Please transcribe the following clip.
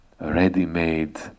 ready-made